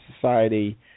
Society